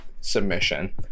submission